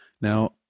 Now